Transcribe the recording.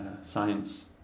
science